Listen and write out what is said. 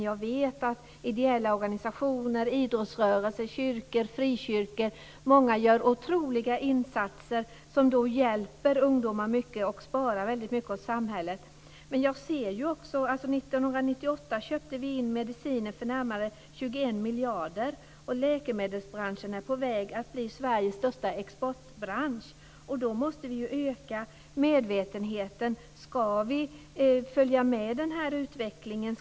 Jag vet att många ideella organisationer - idrottsrörelse, kyrkor, frikyrkor - gör otroliga insatser som hjälper ungdomar mycket och sparar väldigt mycket åt samhället. Men jag ser också att vi 1998 köpte in mediciner för närmare 21 miljarder. Läkemedelsbranschen är på väg att bli Sveriges största exportbransch. Då måste vi ju öka medvetenheten. Ska vi följa med i den här utvecklingen?